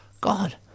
God